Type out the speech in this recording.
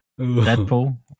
Deadpool